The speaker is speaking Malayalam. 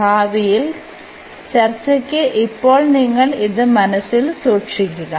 ഭാവിയിൽ ചർച്ചക്ക് ഇപ്പോൾ നിങ്ങൾ ഇത് മനസ്സിൽ സൂക്ഷിക്കുക